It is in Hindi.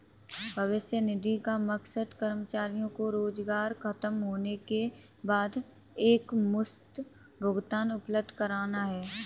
भविष्य निधि का मकसद कर्मचारियों को रोजगार ख़तम होने के बाद एकमुश्त भुगतान उपलब्ध कराना है